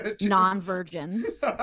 non-virgins